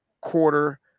quarter